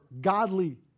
godly